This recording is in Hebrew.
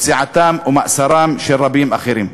ופציעתם ומאסרם של רבים אחרים.